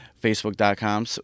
facebook.com